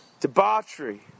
debauchery